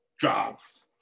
jobs